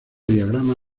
diagrama